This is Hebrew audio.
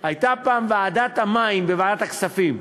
הייתה פעם ועדת המים בוועדת הכספים,